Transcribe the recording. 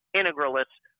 integralists